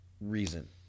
reason